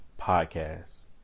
Podcast